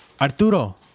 Arturo